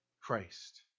Christ